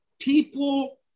People